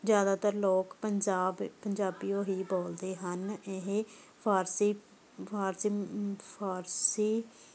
ਜ਼ਿਆਦਾਤਰ ਲੋਕ ਪੰਜਾਬ ਪੰਜਾਬੀ ਓ ਹੀ ਬੋਲਦੇ ਹਨ ਇਹ ਫ਼ਾਰਸੀ ਫ਼ਾਰਸੀ ਫ਼ਾਰਸੀ